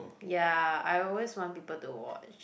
ya I always want people to watch